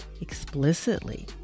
explicitly